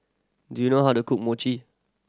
do you know how to cook Mochi